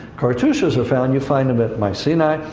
cartouches are found, you find them at mycenae,